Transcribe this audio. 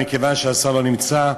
מכיוון שהשר לא נמצא,